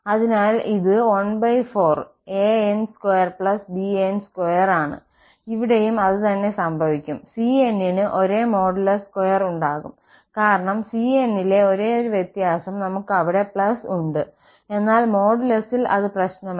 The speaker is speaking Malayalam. അതിനാൽ ഇത് 14 an2bn2 ആണ് ഇവിടെയും അതുതന്നെ സംഭവിക്കും c n ന് ഒരേ മോഡുലസ് സ്ക്വയർ ഉണ്ടാകും കാരണം c n ലെ ഒരേയൊരു വ്യത്യാസം നമുക്ക് അവിടെ ഉണ്ട് എന്നാൽ മോഡുലസിൽ അത് പ്രശ്നമല്ല